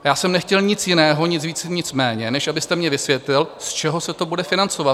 Já jsem nechtěl nic jiného, nic víc, nic méně, než abyste mně vysvětlil, z čeho se to bude financovat.